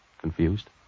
Confused